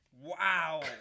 Wow